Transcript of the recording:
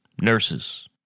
nurses